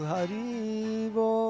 Haribo